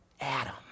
Adam